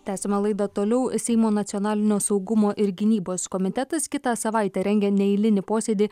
tęsiame laidą toliau seimo nacionalinio saugumo ir gynybos komitetas kitą savaitę rengia neeilinį posėdį